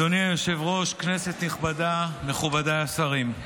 היושב-ראש, כנסת נכבדה, מכובדיי השרים,